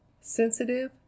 sensitive